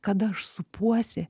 kada aš supuosi